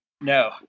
No